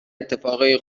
اتفاقای